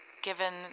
given